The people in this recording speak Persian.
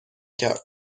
کرد